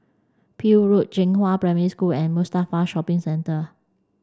Peel Road Zhenghua Primary School and Mustafa Shopping Centre